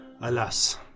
alas